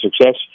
success